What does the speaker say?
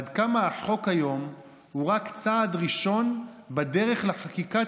עד כמה החוק היום הוא רק צעד ראשון בדרך לחקיקת